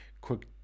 quick